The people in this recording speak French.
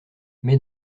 mais